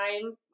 time